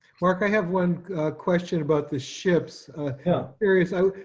work. i have one question about the ship's yeah areas. i,